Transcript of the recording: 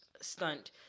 stunt